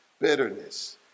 bitterness